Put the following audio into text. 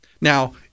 Now